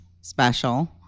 special